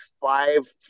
five